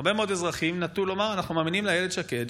הרבה מאוד אזרחים נטו לומר: אנחנו מאמינים לאיילת שקד,